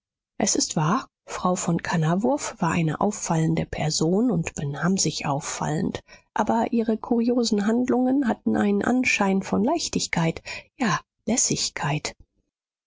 es ist wahr frau von kannawurf war eine auffallende person und benahm sich auffallend aber ihre kuriosen handlungen hatten einen anschein von leichtigkeit ja lässigkeit